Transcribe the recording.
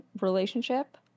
relationship